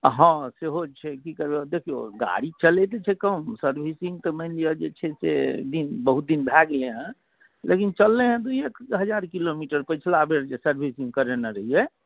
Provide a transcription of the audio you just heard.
हँ सेहो छै की करबै आब देखियौ गाड़ी चलैत तऽ छै कम सर्विसिंग तऽ मानि लिअ जे छै से दिन बहुत दिन भए गेलै हेँ लेकिन चललै हेँ दूइए हजार किलोमीटर पिछलाबेर जे सर्विसिंग करेने रहियै